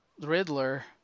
Riddler